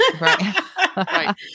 Right